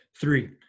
Three